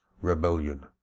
rebellion